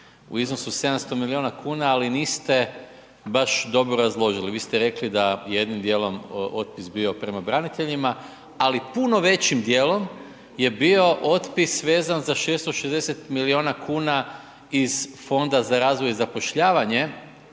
u iznosu 700 milijuna kuna ali niste baš dobro razložili. Vi ste rekli da je jednim dijelom otpis bio prema braniteljima ali puno većim dijelom je bio otpis vezan za 660 milijuna kuna iz Fonda za razvoj i zapošljavanje